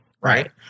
Right